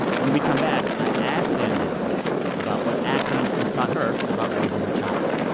when we come back, i ask danielle about what acting has taught her about raising her child